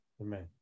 Amen